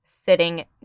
sitting